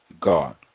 God